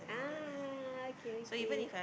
ah okay okay